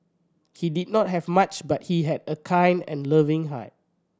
he did not have much but he had a kind and loving heart